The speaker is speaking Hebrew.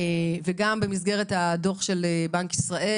גם במסגרת הדוח של בנק ישראל,